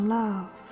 love